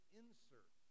insert